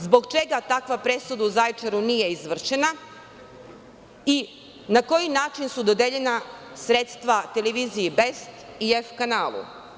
Zbog čega takva presuda u Zaječaru nije izvršena, i na koji način su dodeljena sredstva televiziji „Best“ i „EF kanalu“